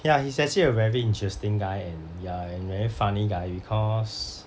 ya he's actually a very interesting guy and ya and very funny guy because